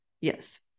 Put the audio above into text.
Yes